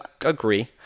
agree